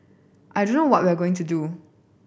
I don't know what we are going to do